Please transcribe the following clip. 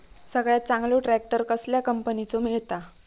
सगळ्यात चांगलो ट्रॅक्टर कसल्या कंपनीचो मिळता?